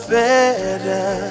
better